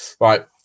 Right